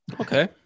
Okay